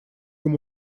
ему